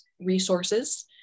resources